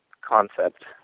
concept